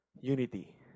unity